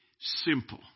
simple